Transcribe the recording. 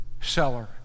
seller